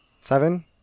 seven